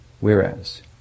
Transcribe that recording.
whereas